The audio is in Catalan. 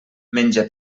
menja